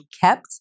kept